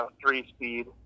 three-speed